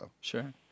Sure